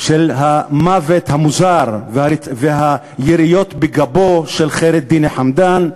של המוות המוזר והיריות בגבו של ח'יר א-דין חמדאן,